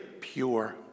pure